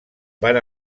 van